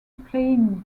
playing